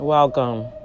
Welcome